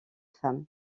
femmes